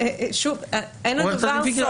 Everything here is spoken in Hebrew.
אין לדבר סוף.